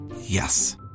Yes